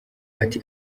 ati